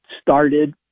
started